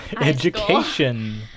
education